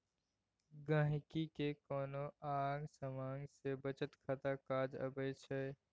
गांहिकी केँ कोनो आँग समाँग मे बचत खाता काज अबै छै